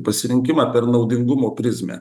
pasirinkimą per naudingumo prizmę